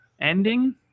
Ending